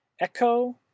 Echo